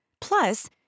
Plus